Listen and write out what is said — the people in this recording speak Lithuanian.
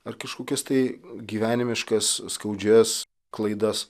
ar kažkokias tai gyvenimiškas skaudžias klaidas